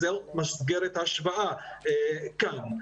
זאת מסגרת ההשוואה כאן.